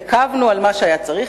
התעכבנו על מה שדרש עיכוב,